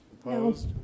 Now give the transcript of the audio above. Opposed